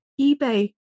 eBay